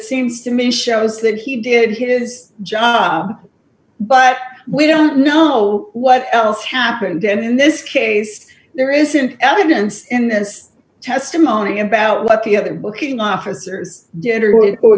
seems to me shows that he did his job but we don't know what else happened in this case there isn't evidence in this testimony about what the other booking officer